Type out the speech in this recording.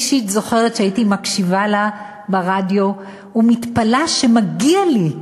ואני אישית זוכרת שהייתי מקשיבה לה ברדיו ומתפלאת שמגיע לי,